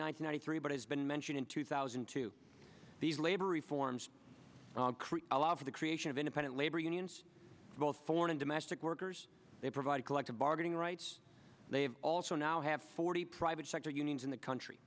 ninety three but has been mentioned in two thousand to these labor reforms create a law for the creation of independent labor unions both foreign and domestic workers they provide collective bargaining rights they've also now have forty private sector unions in the country